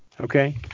okay